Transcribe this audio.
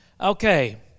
Okay